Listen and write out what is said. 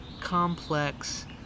complex